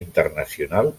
internacional